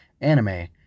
anime